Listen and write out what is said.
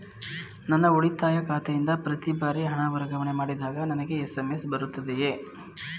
ನನ್ನ ಉಳಿತಾಯ ಖಾತೆಯಿಂದ ಪ್ರತಿ ಬಾರಿ ಹಣ ವರ್ಗಾವಣೆ ಮಾಡಿದಾಗ ನನಗೆ ಎಸ್.ಎಂ.ಎಸ್ ಬರುತ್ತದೆಯೇ?